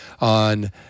on